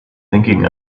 thinking